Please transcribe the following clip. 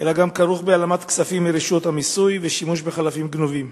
אלא גם כרוך בהעלמת כספים מרשויות המיסוי ובשימוש בחלפים גנובים.